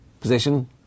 position